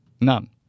None